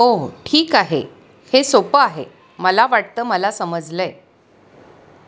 हो हो ठीक आहे हे सोपं आहे मला वाटतं मला समजलं आहे